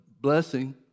blessing